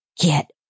Get